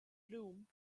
blum